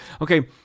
okay